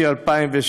אתה רואה שעושים.